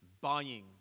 Buying